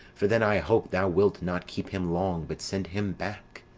for then i hope thou wilt not keep him long but send him back.